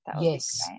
yes